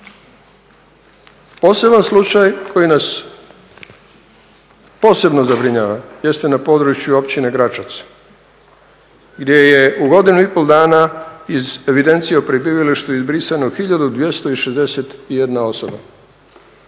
Poseban slučaj koji nas posebno zabrinjava jeste na području općine Gračac, gdje je u godinu i pol dana iz evidencije o prebivalištu izbrisano 1261 osoba,